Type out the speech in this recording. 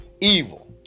evil